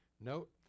note